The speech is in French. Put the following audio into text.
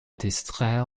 distraire